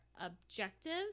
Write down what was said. objectives